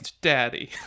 Daddy